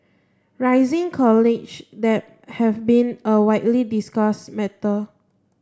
rising college debt has been a widely discussed matter